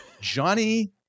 Johnny